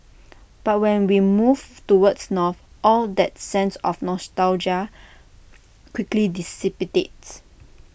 but when we move to words north all that sense of nostalgia quickly dissipates